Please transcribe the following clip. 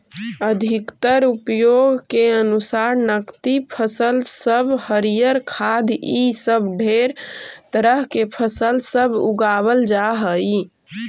अधिकतर उपयोग के अनुसार नकदी फसल सब हरियर खाद्य इ सब ढेर तरह के फसल सब उगाबल जा हई